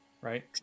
right